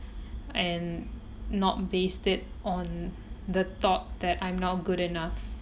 and not based it on the thought that I'm not good enough